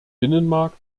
binnenmarkt